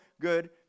good